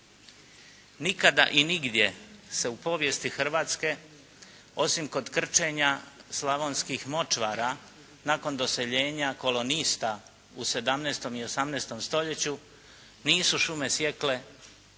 Nikada i nigdje se u povijesti Hrvatske osim kod krčenja slavonskih močvara nakon doseljenja kolonista u 17. i 18. stoljeću nisu šume sjekle pod kosu.